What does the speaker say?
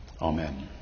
Amen